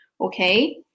okay